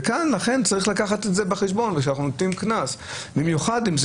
וכאן צריך לקחת את זה בחשבון שכשאנחנו נותנים קנס ואני